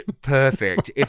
perfect